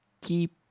keep